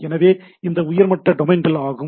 எனவே இவை உயர்மட்ட டொமைன்கள் ஆகும்